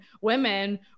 women